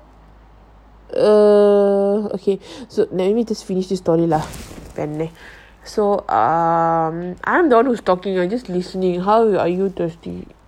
err okay so let me just finish this story lah so err I'm the one who's talking you're just listening how are you thirsty